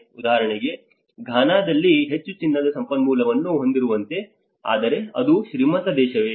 ಉದಾಹರಣೆಗೆ ಘಾನಾದಲ್ಲಿ ಹೆಚ್ಚು ಚಿನ್ನದ ಸಂಪನ್ಮೂಲವನ್ನು ಹೊಂದಿರುವಂತೆ ಆದರೆ ಅದು ಶ್ರೀಮಂತ ದೇಶವೇ